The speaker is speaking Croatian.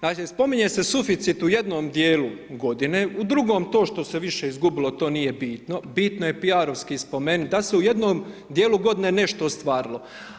Znači spominje se suficit u jednom dijelu godine, u drugom to što se više izgubilo, to nije bitno, bitno je P.R. spomenuti da se u jednom dijelu g. nešto ostvarilo.